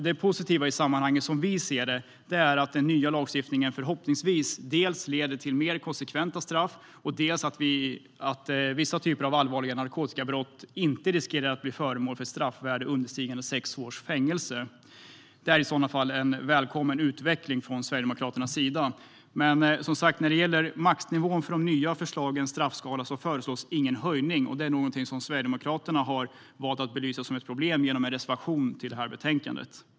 Det positiva i sammanhanget, som vi ser det, är att den nya lagstiftningen förhoppningsvis leder dels till mer konsekventa straff, dels till att vissa typer av allvarliga narkotikabrott inte riskerar att bli föremål för ett straffvärde understigande sex års fängelse. Det är i så fall en välkommen utveckling från Sverigedemokraternas sida sett. Men, som sagt, när det gäller maxnivån för de nya förslagens straffskala föreslås ingen höjning. Det är något som Sverigedemokraterna har valt att belysa som ett problem genom en reservation till betänkandet.